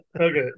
Okay